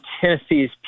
Tennessee's